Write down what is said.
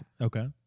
Okay